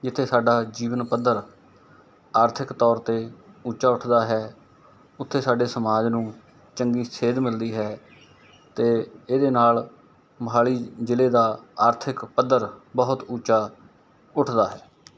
ਜਿੱਥੇ ਸਾਡਾ ਜੀਵਨ ਪੱਧਰ ਆਰਥਿਕ ਤੌਰ 'ਤੇ ਉੱਚਾ ਉੱਠਦਾ ਹੈ ਉੱਥੇ ਸਾਡੇ ਸਮਾਜ ਨੂੰ ਚੰਗੀ ਸੇਧ ਮਿਲਦੀ ਹੈ ਅਤੇ ਇਹਦੇ ਨਾਲ ਮੋਹਾਲੀ ਜ਼ਿਲ੍ਹੇ ਦਾ ਆਰਥਿਕ ਪੱਧਰ ਬਹੁਤ ਉੱਚਾ ਉੱਠਦਾ ਹੈ